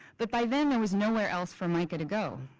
but by then, there was nowhere else for mica to go.